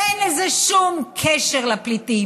ואין לזה שום קשר לפליטים.